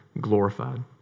glorified